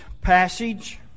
passage